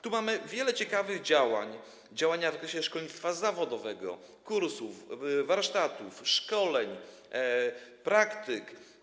Tu mamy wiele ciekawych działań - działania w zakresie szkolnictwa zawodowego, kursy, warsztaty, szkolenia, praktyki.